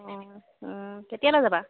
অঁ কেতিয়ালৈ যাবা